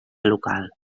local